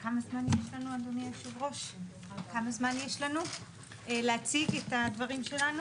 כמה זמן יש לנו להציג את הדברים, אדוני היושב-ראש?